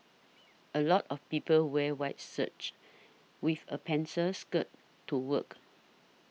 a lot of people wear white shirts with a pencil skirt to work